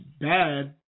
bad